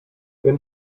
wenn